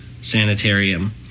Sanitarium